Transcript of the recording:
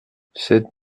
sept